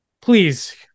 please